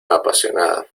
apasionada